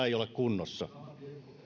ei ole kunnossa